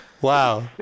Wow